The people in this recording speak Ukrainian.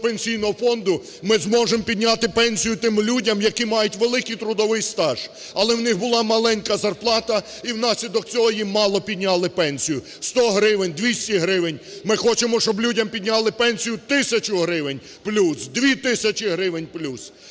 Пенсійного фонду, ми зможемо підняти пенсію тим людям, які мають великий трудовий стаж, але в них була маленька зарплата і внаслідок цього їм мало підняли пенсію – 100 гривень, 200 гривень. Ми хочемо, щоб людям підняли пенсію в тисячу гривень плюс, 2 тисячі гривень плюс.